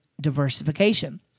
diversification